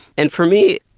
and for me,